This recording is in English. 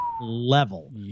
level